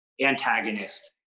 antagonist